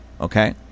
Okay